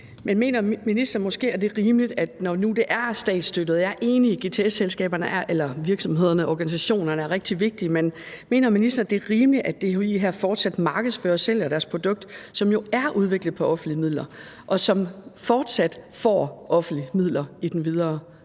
men mener ministeren, det er rimeligt, at DHI her fortsat markedsfører og sælger deres produkt, som jo er udviklet på offentlige midler, og som fortsat får offentlige midler i den videre